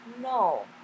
No